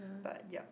but ya